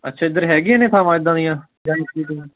ਅੱਛਾ ਇੱਧਰ ਹੈਗੀਆ ਨੇ ਥਾਵਾਂ ਇੱਦਾਂ ਦੀਆਂ